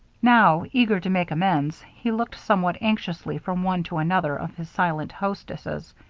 now, eager to make amends, he looked somewhat anxiously from one to another of his silent hostesses,